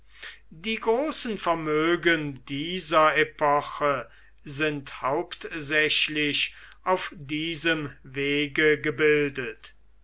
die großen vermögen dieser epoche sind hauptsächlich auf diesem wege gebildet